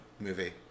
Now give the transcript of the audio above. movie